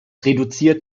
reduziert